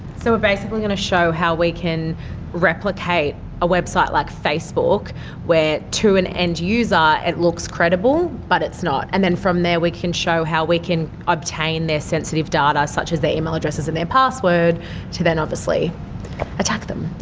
so we're basically going to show how we can replicate a website like facebook where to an end user it looks credible but it's not, and then from there we can show how we can obtain their sensitive data such as their email addresses and their password to then obviously attack them.